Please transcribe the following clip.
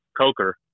Coker